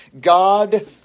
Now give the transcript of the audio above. God